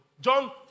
John